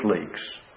leaks